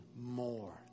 more